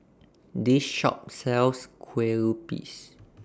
This Shop sells Kue Lupis